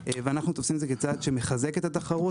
ואנחנו תופסים את זה כצעד שמחזק את התחרות,